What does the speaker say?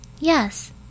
Yes